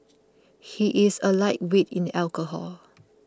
he is a lightweight in alcohol